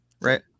Right